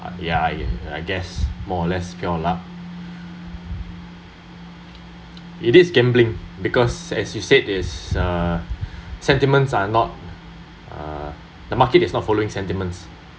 uh ya I I guess more or less pure luck it is gambling because as you said is uh sentiments are not uh the market is not following sentiments